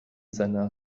seiner